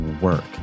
work